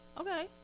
Okay